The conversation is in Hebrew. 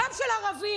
גם של ערבים.